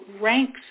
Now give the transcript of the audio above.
ranks